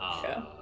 Sure